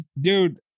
Dude